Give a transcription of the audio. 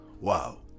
Wow